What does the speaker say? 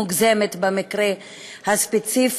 מוגזמת במקרה הספציפי.